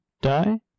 die